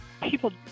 People